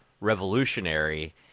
revolutionary